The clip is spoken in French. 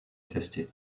tester